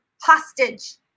hostage